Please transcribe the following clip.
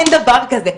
אין דבר כזה.